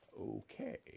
Okay